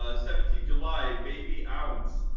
ah seventeen july, babyounce,